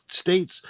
states